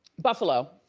buffalo.